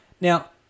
Now